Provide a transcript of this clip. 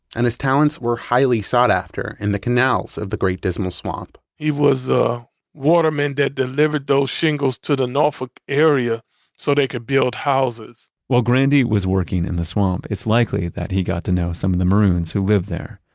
and his talents were highly sought after in the canals of the great dismal swamp he was a waterman that delivered those shingles to the norfolk area so they could build houses while grandy was working in the swamp, it's likely that he got to know some of the maroons who lived there.